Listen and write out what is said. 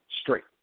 straight